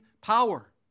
power